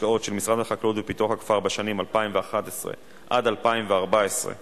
חקלאית המסומנת בסמל נוהל משופר אכן עומדת באותם סטנדרטים